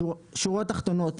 שורות תחתונות,